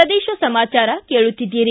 ಪ್ರದೇಶ ಸಮಾಚಾರ ಕೇಳುತ್ತೀದ್ದಿರಿ